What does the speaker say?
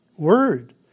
Word